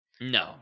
No